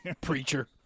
preacher